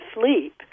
sleep